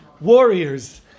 warriors